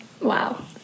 Wow